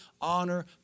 honor